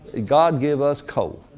god give us coal.